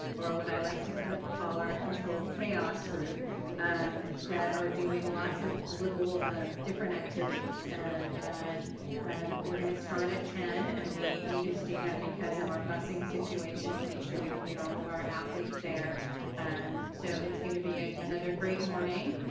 or what i like to call, our controlled chaos group um that are doing lots of little different activities and and um we're gonna start at ten and we needed to do that because of our busing situation, to make sure we can get all of our athletes there um so it's gonna be another great morning,